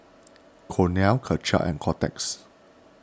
Cornell Karcher and Kotex